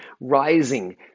rising